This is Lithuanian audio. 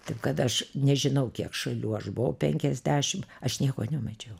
taip kad aš nežinau kiek šalių aš buvau penkiasdešim aš nieko nemačiau